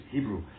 Hebrew